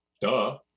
duh